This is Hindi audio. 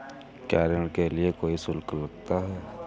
क्या ऋण के लिए कोई शुल्क लगता है?